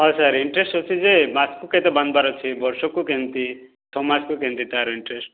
ହଁ sir interest ଅଛି ଯେ ମାସକୁ କେତେ ବାନ୍ଧିବାର୍ ଅଛି ବର୍ଷକୁ କେମିତି ଛଅ ମାସକୁ କେମିତି ତା'ର୍ ଇଣ୍ଟରେଷ୍ଟ୍